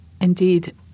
indeed